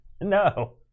No